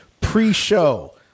pre-show